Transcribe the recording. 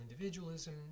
individualism